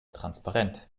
transparent